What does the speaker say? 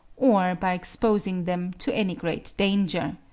or by exposing them to any great danger.